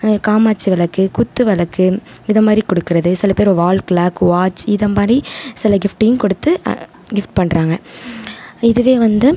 காமாட்சி விளக்கு குத்து விளக்கு இதை மாதிரி கொடுக்குறது சில பேர் வால் கிளாக் வாட்ச் இதை மாதிரி சில கிஃப்ட்டையும் கொடுத்து கிஃப்ட் பண்ணுறாங்க இதுவே வந்து